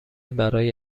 برای